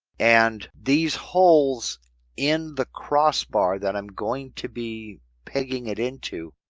and these holes in the cross bar that i'm going to be pegging it into.